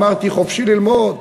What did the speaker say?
אמרתי: חופשי ללמוד,